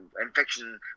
infection